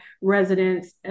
residents